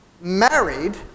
married